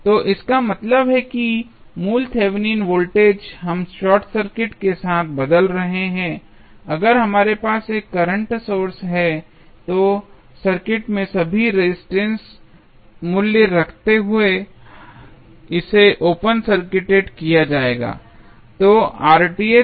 तो इसका मतलब है कि मूल थेवेनिन वोल्टेज हम शॉर्ट सर्किट के साथ बदल रहे हैं अगर हमारे पास एक करंट सोर्स है तो सर्किट में सभी रेजिस्टेंस मूल्य रखते हुए इसे ओपन सर्किटेड किया जाएगा